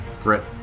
threat